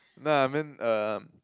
nah I mean um